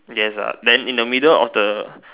yes ah then in the middle of the